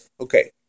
Okay